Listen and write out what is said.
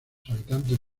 habitantes